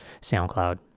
SoundCloud